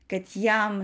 kad jiem